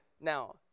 Now